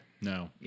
No